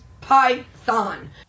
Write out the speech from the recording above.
Python